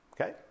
Okay